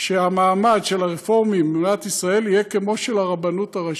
שהמעמד של הרפורמים במדינת ישראל יהיה כמו של הרבנות הראשית.